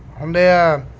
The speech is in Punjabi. ਹੁੰਦੇ ਹੈ